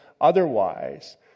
otherwise